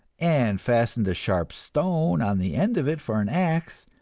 and fastened a sharp stone on the end of it for an axe,